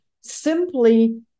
simply